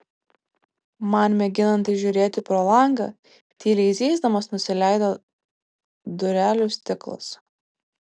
man mėginant įžiūrėti pro langą tyliai zyzdamas nusileido durelių stiklas